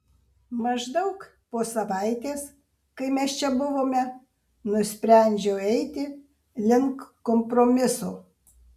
maždaug po savaitės kai mes čia buvome nusprendžiau eiti link kompromiso